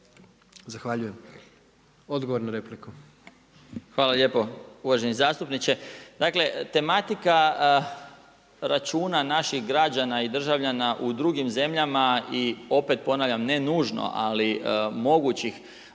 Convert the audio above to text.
Zahvaljujem. Odgovor na repliku. **Marić, Zdravko** Hvala lijepo. Uvaženi zastupniče, dakle tematika računa naših građana i državljana u drugim zemljama i opet ponavljam ne nužno ali mogućih